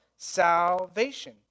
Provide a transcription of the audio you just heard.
Salvation